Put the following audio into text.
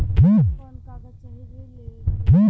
कवन कवन कागज चाही ऋण लेवे बदे?